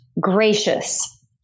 gracious